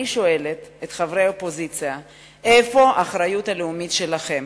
אני שואלת את חברי האופוזיציה איפה האחריות הלאומית שלכם